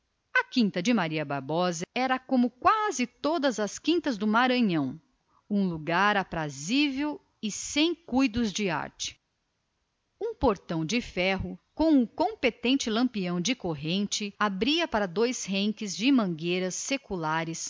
a quinta de maria bárbara como quase todas as quintas do maranhão era aprazível e rústica um velho portal de ferro com o competente lampião de corrente abria sobre duas longas filas de mangueiras seculares